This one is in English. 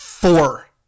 Four